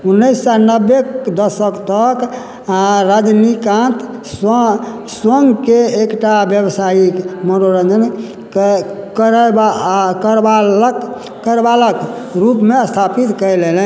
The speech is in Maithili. उनैस सओ नब्बेके दशक तक रजनीकान्त स्व स्वयंके एकटा व्यावसायिक मनोरञ्जन करयवा करवालक रूपमे स्थापित कए लेलनि